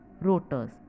Rotors